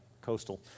coastal